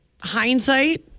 Hindsight